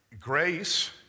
Grace